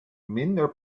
minder